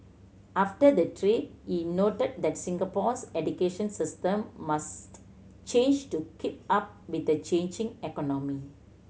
after the trip he noted that Singapore's education system must change to keep up with the changing economy